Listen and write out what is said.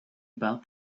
about